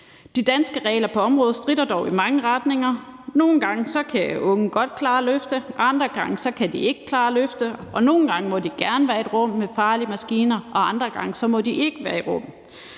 De danske regler på området stritter dog i mange retninger. Nogle gange kan unge godt klare at løfte, andre gange kan de ikke klare at løfte, og nogle gange må de gerne være i et rum med farlige maskiner, og andre gange må de ikke være i